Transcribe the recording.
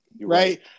right